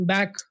Back